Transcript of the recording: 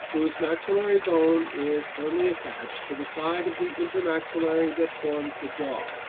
whose maxillary bone is firmly attached to the side of the intermaxillary that forms the jaw,